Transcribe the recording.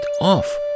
off